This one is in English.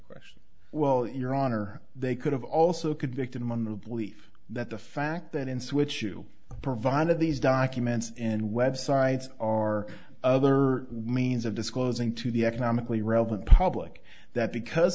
question well your honor they could have also convicted him under the belief that the fact that in switch you provided these documents and websites are other means of disclosing to the economically relevant public that because